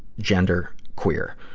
gender queer.